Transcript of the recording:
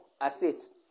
assist